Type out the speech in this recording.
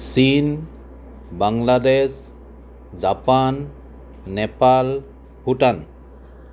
চীন বাংলাদেশ জাপান নেপাল ভূটান